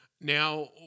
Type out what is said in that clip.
Now